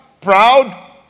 proud